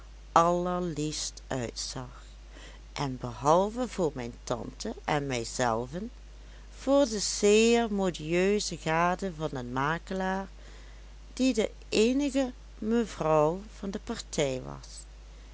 allerliefst uitzag en behalve voor mijn tante en mijzelven voor de zeer modieuze gade van den makelaar die de eenige mevrouw van de partij was